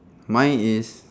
mine is